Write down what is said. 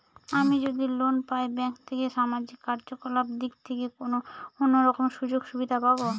আমি যদি লোন পাই ব্যাংক থেকে সামাজিক কার্যকলাপ দিক থেকে কোনো অন্য রকম সুযোগ সুবিধা পাবো?